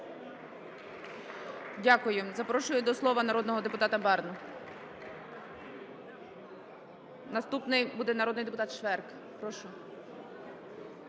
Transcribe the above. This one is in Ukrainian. Дякую. Запрошую до слова народного депутата Барну. Наступний буде народний депутат Шверк. Прошу.